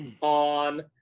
on